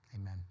amen